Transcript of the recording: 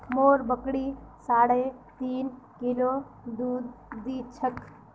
मोर बकरी साढ़े तीन किलो दूध दी छेक